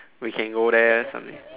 we can go there someday